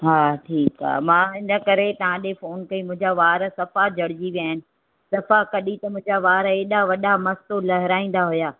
हा ठीकु आहे मां इनकरे तव्हां ॾिए फ़ोन कई मुंहिंजा वार सफ़ा झड़जी विया आहिनि सफ़ा कॾहिं त मुंहिंजा वार हेॾा वॾा मस्तु लहिराईंदा हुया